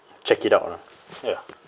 check it out lah ya